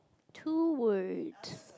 two word